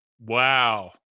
Wow